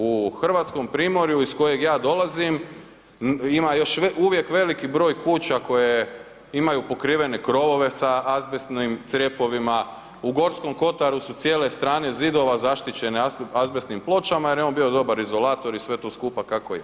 U Hrvatskom primorju iz kojeg ja dolazim ima još uvijek veliki broj kuća koje imaju pokrivene krovove sa azbestnim crepovima, u Gorskom kotaru su cijele strane zidova zaštićene azbestnim pločama jer je on bio dobar izolator i sve to skupa kako je.